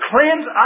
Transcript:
cleanse